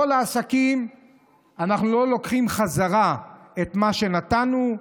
ומכל העסקים אנחנו לא לוקחים בחזרה את מה שנתנו,